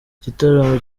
igitaramo